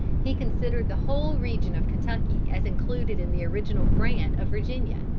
he considered the whole region of kentucky as included in the original grant of virginia,